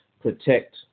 protect